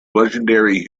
legendary